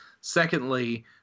Secondly